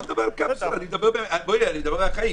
אני לא מדבר על קפסולה, אני מדבר על החיים.